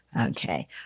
Okay